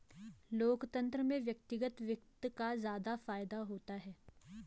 लोकतन्त्र में व्यक्तिगत वित्त का ज्यादा फायदा होता है